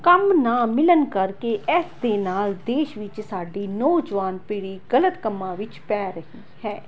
ਕੰਮ ਨਾ ਮਿਲਣ ਕਰਕੇ ਇਸ ਦੇ ਨਾਲ ਦੇਸ਼ ਵਿੱਚ ਸਾਡੀ ਨੌਜਵਾਨ ਪੀੜ੍ਹੀ ਗਲਤ ਕੰਮਾਂ ਵਿੱਚ ਪੈ ਰਹੀ ਹੈ